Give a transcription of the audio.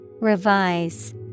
Revise